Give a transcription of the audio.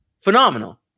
phenomenal